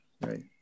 right